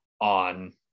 on